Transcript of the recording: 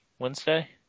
Wednesday